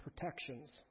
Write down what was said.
protections